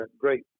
great